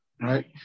right